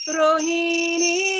rohini